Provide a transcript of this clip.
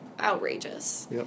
outrageous